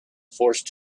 forced